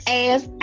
ass